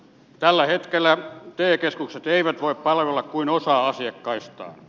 tällä hetkellä te keskukset eivät voi palvella kuin osaa asiakkaistaan